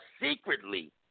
secretly